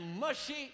mushy